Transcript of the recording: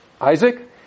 Isaac